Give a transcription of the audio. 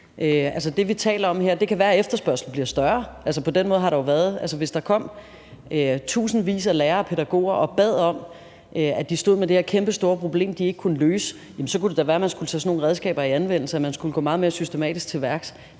med kanoner. Det kan være, at efterspørgslen bliver større. Hvis der kom i tusindvis af lærere og pædagoger og bad om det og sagde, at de stod med det her kæmpestore problem, de ikke kunne løse, så kunne det da være, at man skulle tage sådan nogle redskaber i anvendelse, og at man skulle gå meget mere systematisk til værks.